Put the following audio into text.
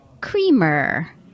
creamer